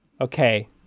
Okay